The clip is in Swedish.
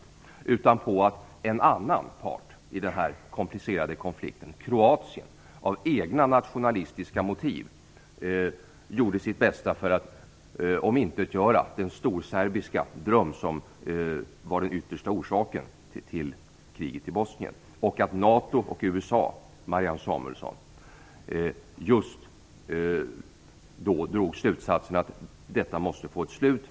Det beror i stället på att en annan part i den här komplicerade konflikten, nämligen Kroatien, av egna nationalistiska motiv gjorde sitt bästa för att omintetgöra den storserbiska dröm som var den yttersta orsaken till kriget i Bosnien, och på att NATO och USA, Marianne Samuelsson, drog slutsatsen att kriget måste få ett slut.